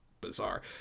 bizarre